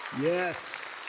Yes